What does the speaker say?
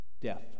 death